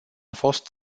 fost